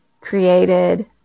created